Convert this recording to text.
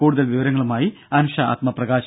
കൂടുതൽ വിവരങ്ങളുമായി അനുഷ ആത്മപ്രകാശ്